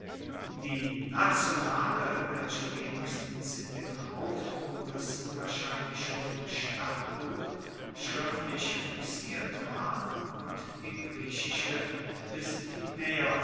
die nationale welche wenigstens in den hauptumrissen wahrscheinlich schon im stadtbuch schriftlich fixiert war und die griechische des